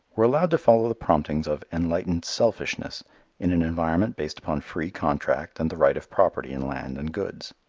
were allowed to follow the promptings of enlightened selfishness in an environment based upon free contract and the right of property in land and goods.